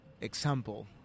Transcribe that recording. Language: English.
example